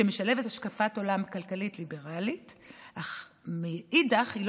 שמשלבת השקפת עולם כלכלית ליברלית אך מאידך לא